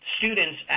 students